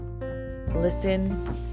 listen